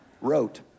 wrote